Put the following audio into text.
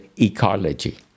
ecology